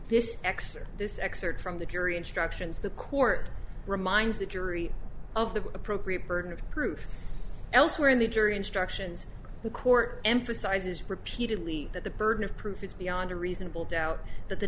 excerpt this excerpt from the jury instructions the court reminds the jury of the appropriate burden of proof elsewhere in the jury instructions the court emphasizes repeatedly that the burden of proof is beyond a reasonable doubt that the